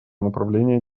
направления